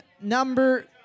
number